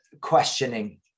questioning